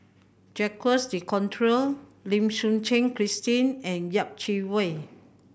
Jacques De Coutre Lim Suchen Christine and Yeh Chi Wei